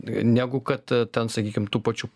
negu kad ten sakykim tų pačių